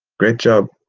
great job.